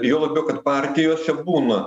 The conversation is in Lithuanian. juo labiau kad partijose būna